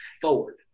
forward